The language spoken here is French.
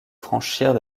franchir